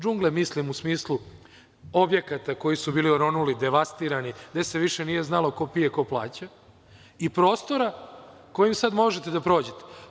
DŽungle mislim u smislu objekata koji su bili oronuli, devastirani, gde se više nije znalo ko pije ko plaća i prostora kojim sada možete da prođete.